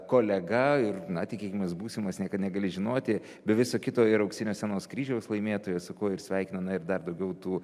kolega ir na tikėkimės būsimas niekad negali žinoti be viso kito ir auksinio scenos kryžiaus laimėtojas su kuo ir sveikiname ir dar daugiau tų